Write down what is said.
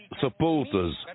supporters